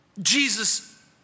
Jesus